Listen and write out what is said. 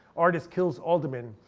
artist kills alderman.